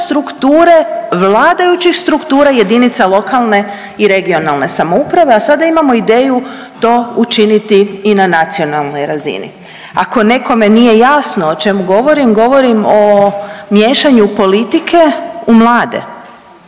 strukture vladajućih struktura jedinica lokalne i regionalne samouprave, a sada imamo ideju to učiniti i na nacionalnoj razini. Ako nekome nije jasno o čemu govorim, govorim o miješanju politike u mlade,